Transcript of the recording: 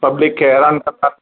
public खे हैरानु कंदा